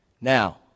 Now